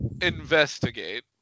investigate